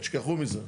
תשכחו מזה.